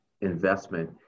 investment